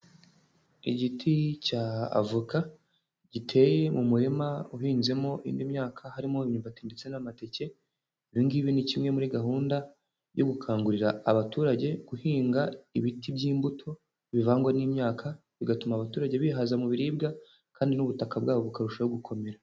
Igiti cya avoka giteye mu murima uhinzemo indi myaka, harimo imyumbati ndetse n'amateke. Ibi ngibi ni kimwe muri gahunda yo gukangurira abaturage guhinga ibiti by'imbuto bivangwa n'imyaka. Bigatuma abaturage bihaza mu biribwa kandi n'ubutaka bwabo bukarushaho gukomera.